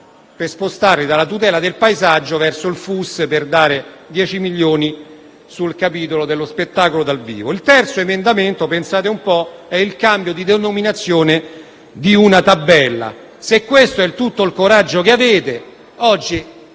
per spostarli dalla tutela del paesaggio verso il FUS, sul capitolo dello spettacolo dal vivo. Il terzo emendamento - pensate un po' - è il cambio di denominazione di una tabella. Se questo è tutto il coraggio che avete, oggi